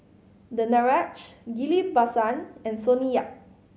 Danaraj Ghillie Basan and Sonny Yap